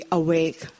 awake